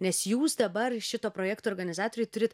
nes jūs dabar šito projekto organizatoriai turit